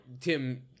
Tim